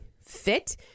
fit